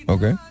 Okay